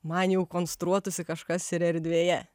man jau konstruotųsi kažkas ir erdvėje